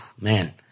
man